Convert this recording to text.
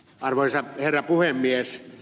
arvoisa herra puhemies